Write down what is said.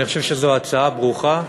אני חושב שזו הצעה ברוכה,